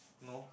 no